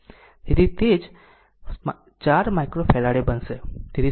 તેથી તે 4 માઈક્રોફેરાડે બનશે